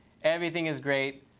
everything is great.